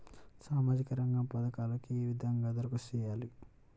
సామాజిక రంగ పథకాలకీ ఏ విధంగా ధరఖాస్తు చేయాలి?